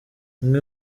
umwe